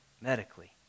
medically